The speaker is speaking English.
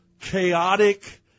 chaotic